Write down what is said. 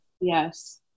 Yes